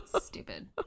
Stupid